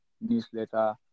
newsletter